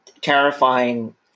terrifying